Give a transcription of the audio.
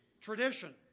tradition